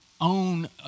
own